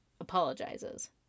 apologizes